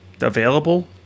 available